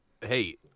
Hey